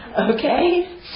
Okay